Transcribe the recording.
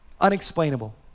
unexplainable